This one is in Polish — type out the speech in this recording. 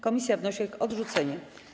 Komisja wnosi o ich odrzucenie.